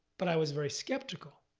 but i was very skeptical.